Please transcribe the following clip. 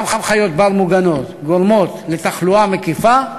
גם חיות בר מוגנות, גורמים לתחלואה מקיפה,